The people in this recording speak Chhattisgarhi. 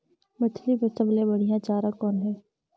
मछरी बर सबले बढ़िया चारा कौन हे?